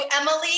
Emily